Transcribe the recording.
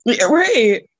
Right